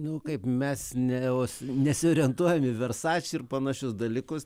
nu kaip mes ne vos nesiorientuojam į versačį ir panašius dalykus